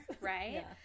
right